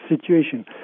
situation